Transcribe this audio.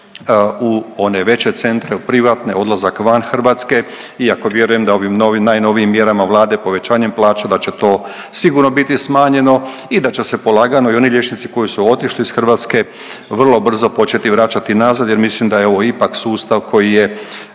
u one veće centre, u privatne, odlazak van Hrvatske iako vjerujem da ovim najnovijim mjerama Vlade, povećanjem plaća da će to sigurno biti smanjeno i da će se polagano i oni liječnici koji su otišli iz Hrvatske, vrlo brzo početi vraćati nazad jer mislim da je ovo ipak sustav koji je